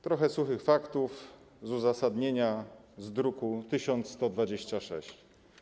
Trochę suchych faktów z uzasadnienia w druku nr 1126.